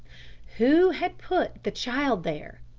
who had put the child there?